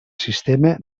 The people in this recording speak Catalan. sistema